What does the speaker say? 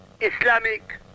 Islamic